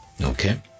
okay